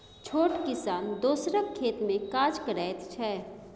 छोट किसान दोसरक खेत मे काज करैत छै